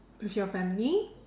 with your family